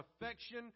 affection